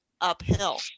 uphill